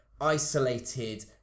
isolated